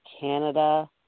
Canada